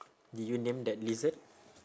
did you name that lizard